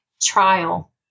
trial